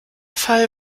fall